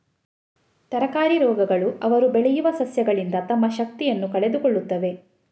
ತರಕಾರಿ ರೋಗಗಳು ಅವರು ಬೆಳೆಯುವ ಸಸ್ಯಗಳಿಂದ ತಮ್ಮ ಶಕ್ತಿಯನ್ನು ತೆಗೆದುಕೊಳ್ಳುತ್ತವೆ